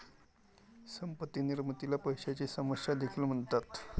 संपत्ती निर्मितीला पैशाची समस्या देखील म्हणतात